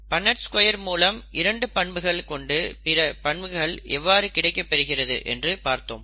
Punnett square மூலம் இரண்டு பண்புகள் கொண்டு பிற பண்புகள் எவ்வாறு கிடைக்கப்பெறுகிறது என்று பார்த்தோம்